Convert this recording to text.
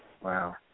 Wow